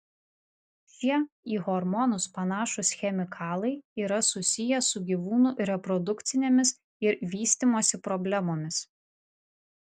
šie į hormonus panašūs chemikalai yra susiję su gyvūnų reprodukcinėmis ir vystymosi problemomis